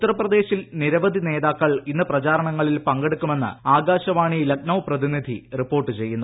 ഉത്തർപ്രദേശിൽ നിരവധി നേതാക്കൾ ഇന്ന് പ്രചാരങ്ണങ്ങളിൽ പങ്കെടുക്കുമെന്ന് ആകാശവാണി ലക്നൌ പ്രതിനിധി റിപ്പോർട്ട് ചെയ്യുന്നു